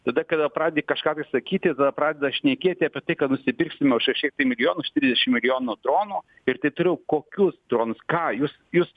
tada kada pradedi kažką tai sakyti tada pradeda šnekėti apie tai kad nusipirksime už kažkiek tai milijonų už trisdešim milijonų dronų ir taip toliau kokius dronus ką jūs jūs